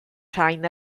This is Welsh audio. rhain